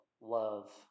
love